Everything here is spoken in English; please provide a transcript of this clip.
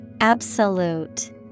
Absolute